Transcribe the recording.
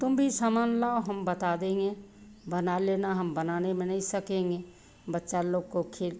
तुम भी सामान लाओ हम बता देंगे बना लेना हम बनाने में नहीं सकेंगे बच्चा लोग को खेल